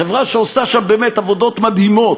חברה שעושה שם עבודות מדהימות.